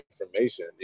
information